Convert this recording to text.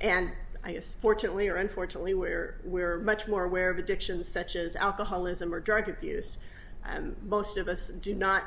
and i guess fortunately or unfortunately where we are much more aware of addictions such as alcoholism or drug abuse and most of us do not